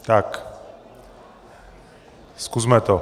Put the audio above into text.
Tak zkusme to.